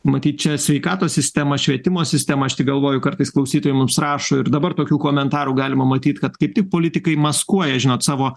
matyt čia sveikatos sistema švietimo sistema aš tik galvoju kartais klausytojai mums rašo ir dabar tokių komentarų galima matyt kad kaip tik politikai maskuoja žinot savo